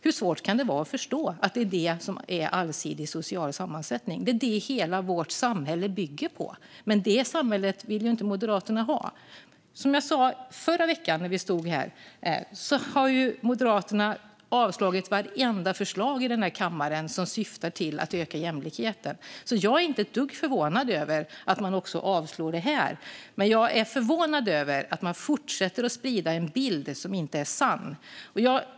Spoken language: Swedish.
Hur svårt kan det vara att förstå att det är detta som är allsidig social sammansättning? Det är detta hela vårt samhälle bygger på. Men det samhället vill inte Moderaterna ha. Som jag sa förra veckan när vi stod här har Moderaterna avslagit vartenda förslag i denna kammare som syftar till att öka jämlikheten, så jag är inte ett dugg förvånad över att man också avslår detta. Men jag är förvånad över att man fortsätter att sprida en bild som inte är sann.